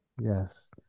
yes